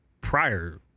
prior